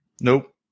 Nope